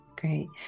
Great